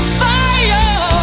fire